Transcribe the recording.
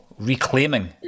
reclaiming